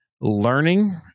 learning